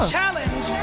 challenge